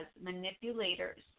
manipulators